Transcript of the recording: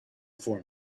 for